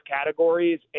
categories